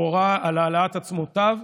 הוא הורה על העלאת עצמותיו,